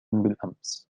بالأمس